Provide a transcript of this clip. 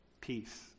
peace